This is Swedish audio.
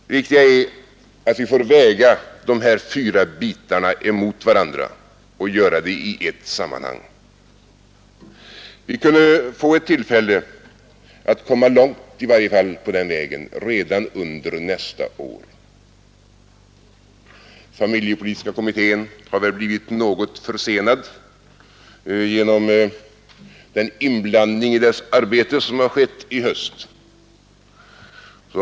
Det viktiga är att vi får väga dessa fyra bitar emot varandra och att vi får göra det i ett sammanhang. Vi kunde få ett tillfälle att komma långt i varje fall på den vägen redan under nästa år. Familjepolitiska kommittén har väl blivit något försenad genom den inblandning i dess arbete som har skett i höst.